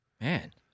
Man